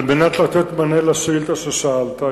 על מנת לתת מענה לשאילתא ששאלת.